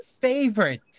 favorite